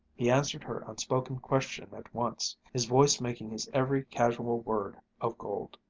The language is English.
he answered her unspoken question at once, his voice making his every casual word of gold